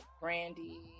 Brandy